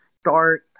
start